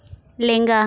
ᱞᱮᱸᱝᱟ